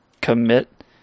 commit